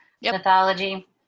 mythology